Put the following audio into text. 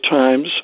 times